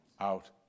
Out